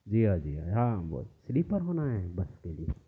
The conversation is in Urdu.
جی ہاں جی ہاں ہاں ہم بول سلیپر ہونا ہے بس کے لئے